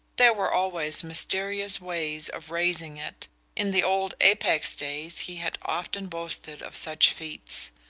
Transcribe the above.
there were always mysterious ways of raising it in the old apex days he had often boasted of such feats.